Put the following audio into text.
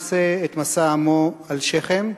נושא את משא עמו על שכם.